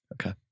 Okay